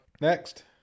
Next